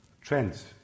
trends